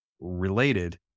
related